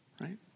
right